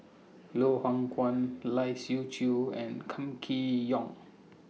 Loh Hoong Kwan Lai Siu Chiu and Kam Kee Yong